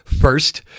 first